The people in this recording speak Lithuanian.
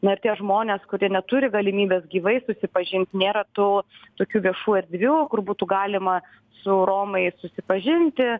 na ir tie žmonės kurie neturi galimybės gyvai susipažinti nėra tų tokių viešų erdvių kur būtų galima su romais susipažinti